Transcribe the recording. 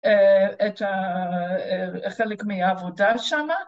‫את חלק מהעבודה שמה